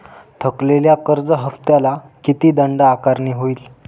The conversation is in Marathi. थकलेल्या कर्ज हफ्त्याला किती दंड आकारणी होईल?